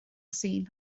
sul